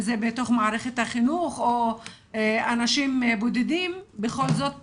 אם זה בתוך מערכת החינוך או אנשים בודדים בכל זאת פונים,